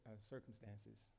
circumstances